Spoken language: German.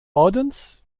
ordens